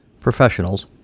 professionals